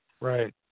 Right